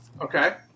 Okay